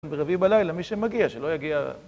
ברביעי בלילה, מי שמגיע, שלא יגיע...